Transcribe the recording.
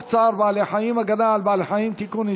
צער בעלי חיים (הגנה על בעלי חיים) (תיקון,